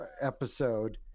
episode